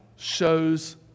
Shows